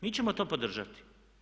Mi ćemo to podržati.